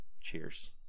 cheers